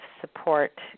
support